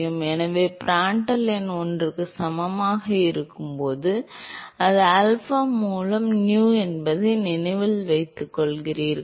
எனவே பிராண்டல் எண் ஒன்றுக்கு சமமாக இருக்கும்போது அது ஆல்பா மூலம் nu என்பதை நினைவில் கொள்கிறீர்களா